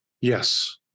Yes